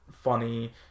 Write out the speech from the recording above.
funny